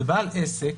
הוא בעל עסק,